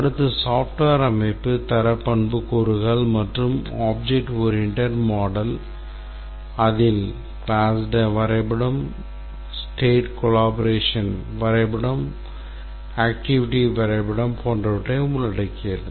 அடுத்து software அமைப்பு தர பண்புக்கூறுகள் மற்றும் Object Oriented மாடல் அதில் class வரைபடம் state collaboration வரைபடம் activity வரைபடம் போன்றவற்றை உள்ளடக்கியது